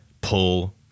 pull